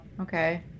Okay